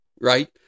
right